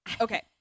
okay